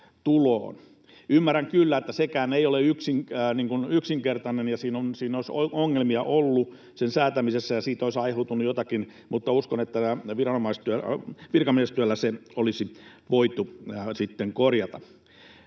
Ymmärrän kyllä, että sekään ei ole yksinkertainen ja siinä olisi ongelmia ollut sen säätämisessä ja siitä olisi aiheutunut jotakin, mutta uskon, että virkamiestyöllä se olisi voitu sitten